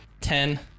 Ten